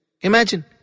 Imagine